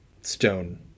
Stone